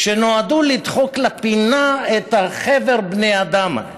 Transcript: שנועדו לדחוק לפינה את חבר בני האדם.